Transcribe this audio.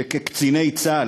שכקציני צה"ל,